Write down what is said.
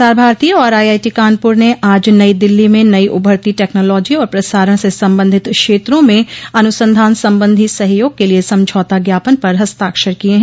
प्रसार भारती और आईआईटी कानपुर ने आज नई दिल्ली में नई उभरती टैक्नोलॉजी और प्रसारण से संबंधित क्षेत्रों में अनुसंधान संबंधी सहयोग के लिए समझौता ज्ञापन पर हस्ताक्षर किये हैं